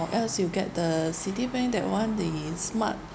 or else you get the Citibank that [one] the S_M_R_T